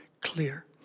clear